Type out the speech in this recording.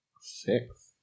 Six